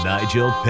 Nigel